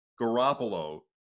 Garoppolo